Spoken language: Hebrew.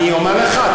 אני אומר לך,